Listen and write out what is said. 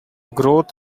growth